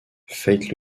feit